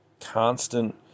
constant